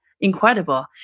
incredible